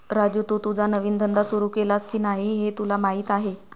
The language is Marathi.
राजू, तू तुझा नवीन धंदा सुरू केलास की नाही हे तुला माहीत आहे